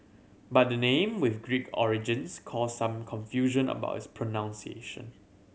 but the name with Greek origins caused some confusion about its pronunciation